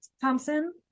Thompson